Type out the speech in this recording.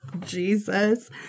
Jesus